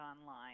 online